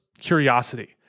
curiosity